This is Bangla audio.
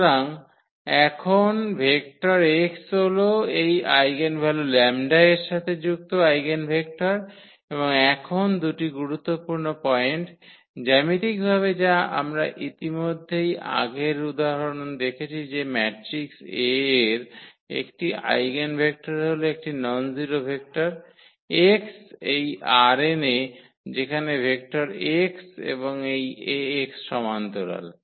সুতরাং এখন ভেক্টর x হল এই আইগেনভ্যালু 𝜆 এর সাথে যুক্ত আইগেনভেক্টর এবং এখন দুটি গুরুত্বপূর্ণ পয়েন্ট জ্যামিতিকভাবে যা আমরা ইতিমধ্যেই আগের উদাহরনে দেখেছি যে ম্যাট্রিক্স A এর একটি আইগেনভেক্টর হল একটি ননজিরো ভেক্টর x এই ℝ𝑛 এ যেখানে ভেক্টর x এবং এই 𝐴𝑥 সমান্তরাল